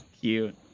cute